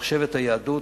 ומחשבת היהדות.